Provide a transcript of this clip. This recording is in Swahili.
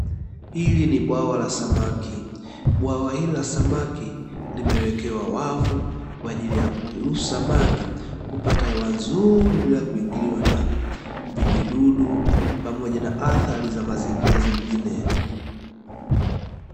Hili ni bwawa la samaki, bwawa hili la samaki limewekewa wavu, kwa ajili ya kuruhusu samaki kupata hewa nzuri bila kuingiliwa na vijidudu, pamoja na athari za mazingira zingine.